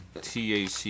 Tac